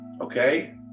Okay